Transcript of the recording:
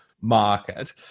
market